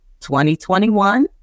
2021